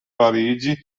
parigi